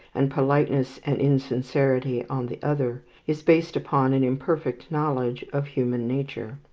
and politeness and insincerity on the other, is based upon an imperfect knowledge of human nature.